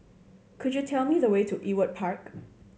could you tell me the way to Ewart Park